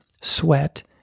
sweat